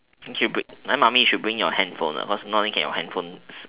okay good why mummy you should bring your handphone ah cause not only can your handphone's